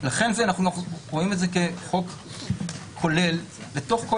לכן אנחנו רואים את זה כחוק כולל לתוך כל